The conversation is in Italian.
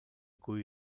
cui